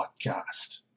Podcast